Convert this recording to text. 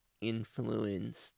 Influenced